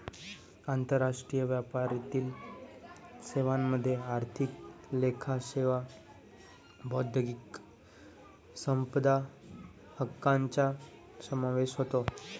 आंतरराष्ट्रीय व्यापारातील सेवांमध्ये आर्थिक लेखा सेवा बौद्धिक संपदा हक्कांचा समावेश होतो